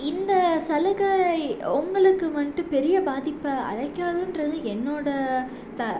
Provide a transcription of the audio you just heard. இந்த சலுகை உங்களுக்கு வந்துட்டு பெரிய பாதிப்பை அளிக்காதுன்றது என்னோடய த